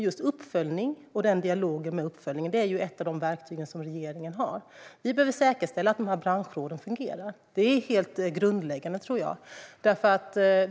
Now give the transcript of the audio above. Just uppföljning och dialog om det är ett av de verktyg som regeringen har. Vi behöver säkerställa att branschråden fungerar. Detta är helt grundläggande, tror jag.